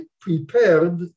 prepared